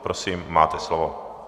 Prosím, máte slovo.